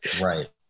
Right